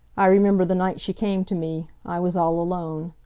i remember the night she came to me i was all alone.